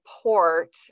support